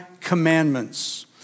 commandments